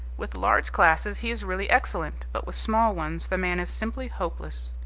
with large classes he is really excellent, but with small ones the man is simply hopeless.